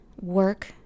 work